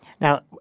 Now